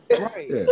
Right